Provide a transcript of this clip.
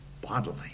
Bodily